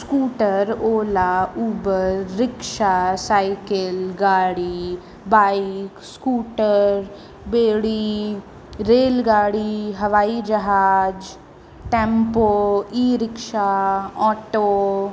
scooter Ola Uber rickshaw cycle गाॾी bike scooter ॿेड़ी rail गाॾी हवाई जहाज टैंपो ई रिक्शा ऑटो